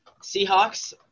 Seahawks